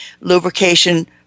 Lubrication